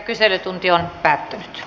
kyselytunti päättyi